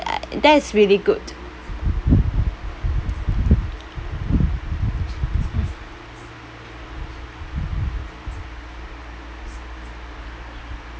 uh that's really good